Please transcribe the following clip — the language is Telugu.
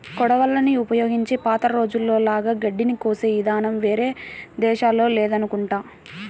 కొడవళ్ళని ఉపయోగించి పాత రోజుల్లో లాగా గడ్డిని కోసే ఇదానం వేరే దేశాల్లో లేదనుకుంటా